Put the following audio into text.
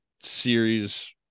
series